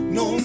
no